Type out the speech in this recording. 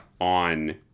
on